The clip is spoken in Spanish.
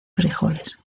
frijoles